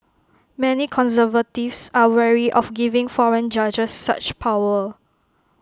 many conservatives are wary of giving foreign judges such power